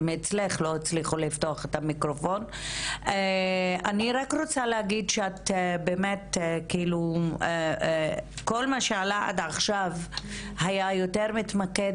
אני רק רוצה להגיד שכל מה שעלה עד עכשיו התמקד